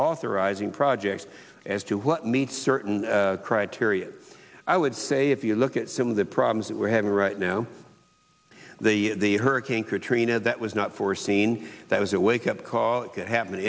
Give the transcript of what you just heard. authorizing projects as to what meet certain criteria i would say if you look at some of the problems that we're having right now the hurricane katrina that was not foreseen that was a wake up call it can happen